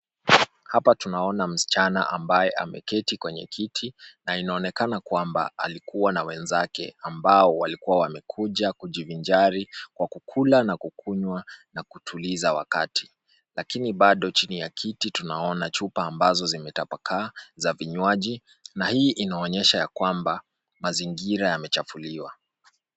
Hapa tunaona msichana ambaye ameketi kwenye kiti na inaonekana kwamba alikuwa na wenzake ambao walikuwa wamekuja kujivinjari kwa kukula na kukunywa na kutuliza wakati . Lakini bado chini ya kiti tunaona chupa ambazo zimetapakaa za vinywaji na hii inaonyesha ya kwamba mazingira yamechafuliwa.